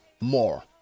more